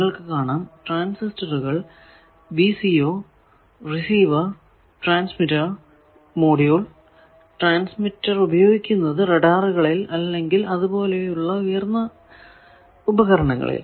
നിങ്ങൾക്കു കാണാം ട്രാന്സിസ്റ്ററുകൾ VCO റിസീവർ ട്രാൻസ്മിറ്റർ മൊഡ്യൂൾ റഡാറുകളിൽ ഉപയോഗിക്കുന്ന ട്രാൻസ്മിറ്റർ അല്ലെങ്കിൽ അതുപോലെ ഉള്ള ഉയർന്ന പവർ ഉള്ള ഉപകരണങ്ങൾ എന്നിവ ഉദാഹരണങ്ങൾ ആണ്